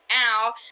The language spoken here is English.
now